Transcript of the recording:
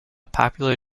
popular